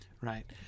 right